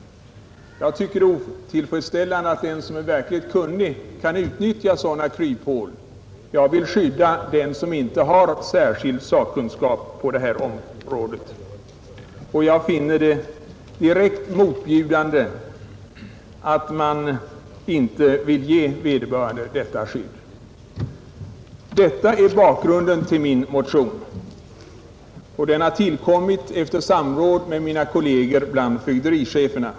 Det är enligt min mening otillfredsställande att den som är verkligt kunnig kan utnyttja sådana kryphål. Jag vill skydda den som inte har särskild sakkunskap på detta område, och jag finner det direkt motbjudande att man inte vill ge vederbörande detta skydd. Detta är bakgrunden till min motion. Den har tillkommit efter samråd med mina kolleger bland fögdericheferna.